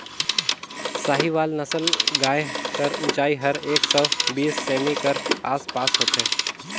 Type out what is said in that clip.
साहीवाल नसल गाय कर ऊंचाई हर एक सौ बीस सेमी कर आस पास होथे